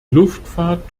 luftfahrt